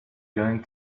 going